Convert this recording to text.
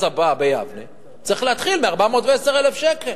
הבא ביבנה צריך להתחיל ב-410,000 שקל,